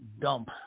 dump